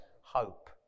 hope